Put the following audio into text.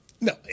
No